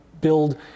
build